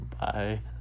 Bye